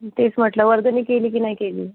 तेच म्हटलं वर्गणी केली की नाही केली